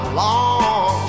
long